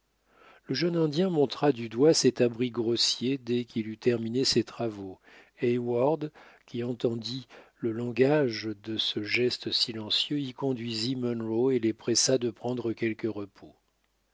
le jeune indien montra du doigt cet abri grossier dès qu'il eut terminé ses travaux et heyward qui entendit le langage de ce geste silencieux y conduisit munro et le pressa de prendre quelque repos